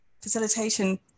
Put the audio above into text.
Facilitation